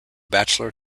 bachelor